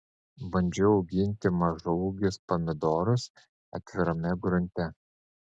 bandžiau auginti mažaūgius pomidorus atvirame grunte